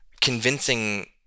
convincing